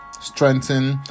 strengthen